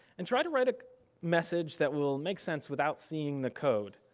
and try to write a message that will make sense without seeing the code.